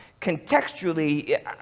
Contextually